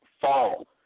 fall